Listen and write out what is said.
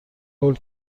هول